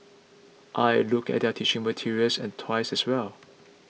I looked at their teaching materials and toys as well